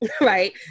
right